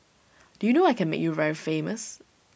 do you know I can make you very famous